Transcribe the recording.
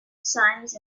cymes